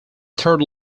third